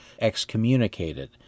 excommunicated